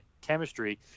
chemistry